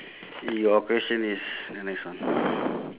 your question is the next one